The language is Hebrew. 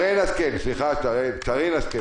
בבקשה, מייד אחרי שרן השכל תוכל לדבר.